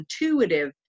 intuitive